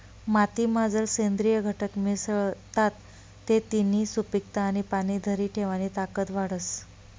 मातीमा जर सेंद्रिय घटक मिसळतात ते तिनी सुपीकता आणि पाणी धरी ठेवानी ताकद वाढस का?